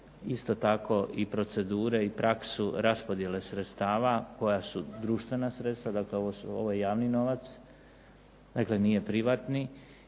isto tako i procedure i praksu raspodjele sredstava koja su društvena sredstva. Dakle, ovo je javni novac, dakle nije privatni.